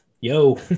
yo